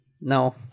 No